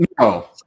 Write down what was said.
no